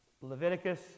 Leviticus